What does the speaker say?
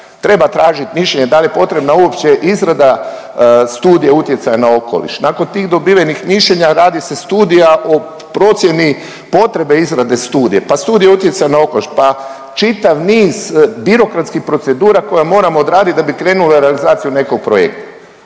Treba tražit mišljenje dal je potrebna uopće izrada Studija utjecaja na okoliš, nakon tih dobivenih mišljenja radi se Studija o procjeni potrebe izrade studije, pa studije utjecaja na okoliš pa čitav niz birokratskih procedura koje moramo odradit da bi krenuli u realizaciju nekog projekta.